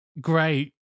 Great